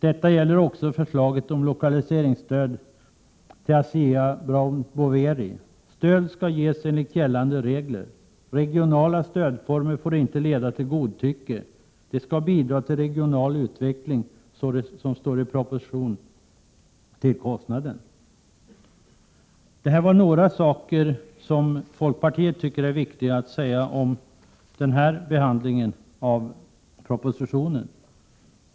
Detta gäller också förslaget om lokaliseringsstöd till ASEA Brown Boveri. Stöd skall ges enligt gällande regler. Regionala stödformer får inte leda till godtycke. De skall bidra till en regional utveckling som står i proportion till kostnaden. Jag har tagit upp några saker som folkpartiet tycker är viktiga att tala om i anslutning till propositionen.